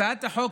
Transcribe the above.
הצעת החוק